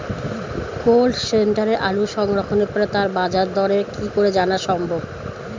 Cold স্টোরে আলু সংরক্ষণের পরে তার বাজারদর কি করে জানা সম্ভব?